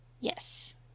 Yes